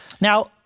Now